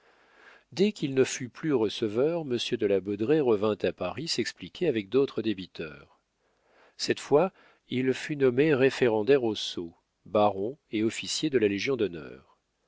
dès qu'il ne fut plus receveur monsieur de la baudraye revint à paris s'expliquer avec d'autres débiteurs cette fois il fut nommé référendaire au sceau baron et officier de la légion-d'honneur